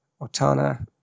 Otana